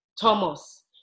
Thomas